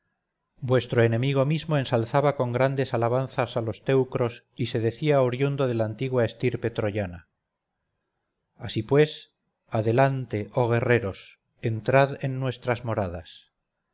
vuestro enemigo mismo ensalzaba con grandes alabanzas a los teucros y se decía oriundo de la antigua estirpe troyana así pues adelante oh guerreros entrad en nuestras moradas